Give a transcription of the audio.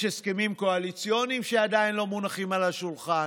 יש הסכמים קואליציוניים שעדיין לא מונחים על השולחן,